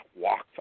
walked